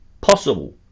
possible